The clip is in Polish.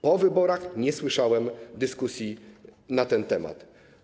Po wyborach nie słyszałem dyskusji na ten temat.